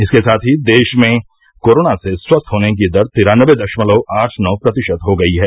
इसके साथ ही देश में कोरोना से स्वस्थ होने की दर तिरानबे दशमलव आठ नौ प्रतिशत हो गई है